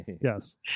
yes